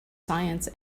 science